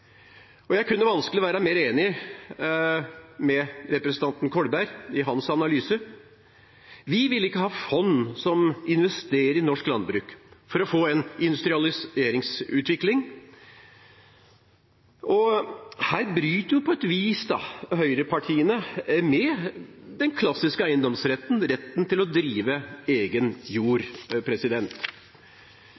Jeg kunne vanskelig være mer enig med representanten Kolberg i hans analyse. Vi vil ikke ha fond som investerer i norsk landbruk for å få en industrialiseringsutvikling. Her bryter på et vis høyrepartiene med den klassiske eiendomsretten, retten til å drive egen jord.